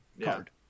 card